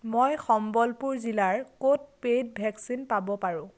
মই সম্বলপুৰ জিলাৰ ক'ত পে'ইড ভেকচিন পাব পাৰোঁ